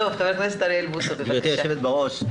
גברתי היושבת בראש,